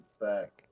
back